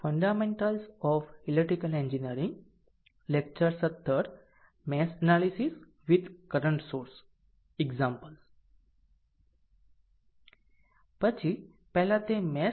પછી પહેલા તે મેશ અને લૂપ વસ્તુ જોવી પડશે